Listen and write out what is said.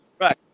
Right